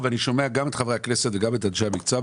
ואני שומע פה גם את חברי הכנסת וגם את אנשי המקצוע,